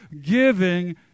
Giving